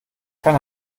kann